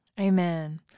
Amen